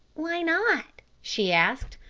why not? she asked.